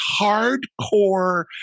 hardcore